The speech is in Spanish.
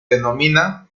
denomina